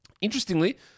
Interestingly